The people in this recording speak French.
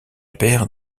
père